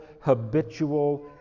habitual